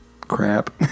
crap